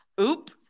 oop